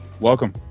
Welcome